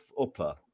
upper